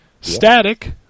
Static